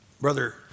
Brother